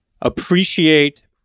appreciate